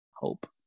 Hope